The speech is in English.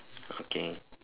okay